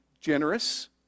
generous